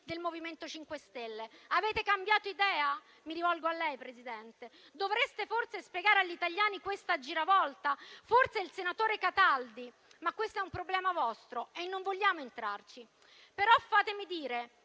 del MoVimento 5 Stelle? Avete cambiato idea? Mi rivolgo a lei, Presidente: dovreste forse spiegare agli italiani questa giravolta, forse dovrebbe farlo il senatore Cataldi. Ma questo è un problema vostro e non vogliamo entrarci, ma fatemi dire